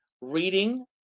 reading